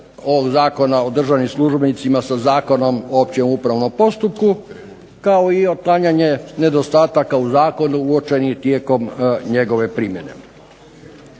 ovog Zakona o državnim službenicima sa Zakonom o općem upravnom postupku kao i otklanjanje nedostataka u Zakonu uočenih tijekom njegove primjene.